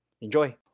Enjoy